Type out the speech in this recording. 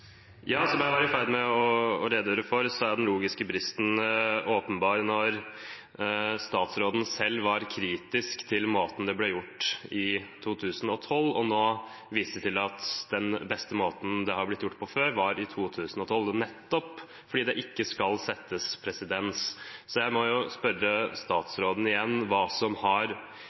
Som jeg var i ferd med å redegjøre for, er den logiske bristen åpenbar når statsråden selv var kritisk til måten det ble gjort på i 2012, og nå viser til at den beste måten det har blitt gjort på før, var i 2012, nettopp fordi det ikke skal settes presedens. Jeg må spørre statsråden igjen hva som har